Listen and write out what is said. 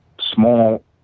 small